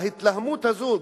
ההתלהמות הזאת,